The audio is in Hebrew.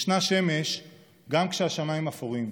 ישנה שמש גם כשהשמיים אפורים.